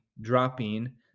dropping